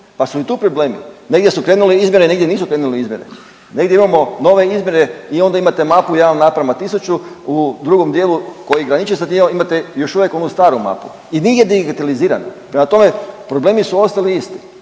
pa su i tu problemi, negdje su krenule izmjere, a negdje nisu krenule izmjere. Negdje imamo nove izmjere i onda imate mapu 1:1000, u drugom dijelu koji graniči sa tim imate još uvijek onu staru mapu i nigdje digitaliziran. Prema tome, problemi su ostali isti.